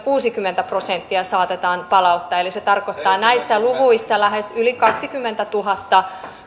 kuusikymmentä prosenttia saatetaan palauttaa eli se tarkoittaa näissä luvuissa lähes yli kaksikymmentätuhatta